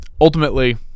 ultimately